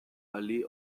allee